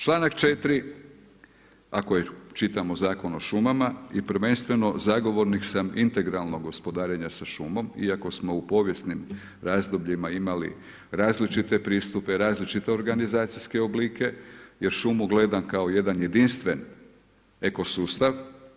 Članak 4. ako čitamo Zakon o šumama i prvenstveno zagovornik sam integralnog gospodarenja sa šumom iako smo u povijesnim razdobljima imali različite pristupe, različite organizacijske oblike jer šumu gledam kao jedan jedinstven eko sustav.